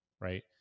right